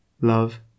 Love